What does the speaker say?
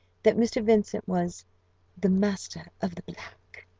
that mr. vincent was the master of the black.